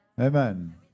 Amen